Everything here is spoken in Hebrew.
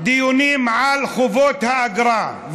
דיונים על חובות האגרה,